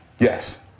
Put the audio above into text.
Yes